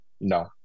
no